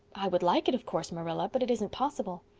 i would like it, of course, marilla. but it isn't possible.